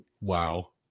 Wow